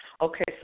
Okay